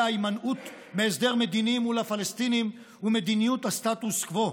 ההימנעות מהסדר מדיני מול הפלסטינים ומדיניות הסטטוס קוו.